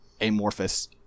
amorphous